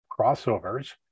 crossovers